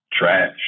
trash